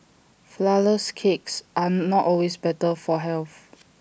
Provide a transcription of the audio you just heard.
Flourless Cakes are not always better for health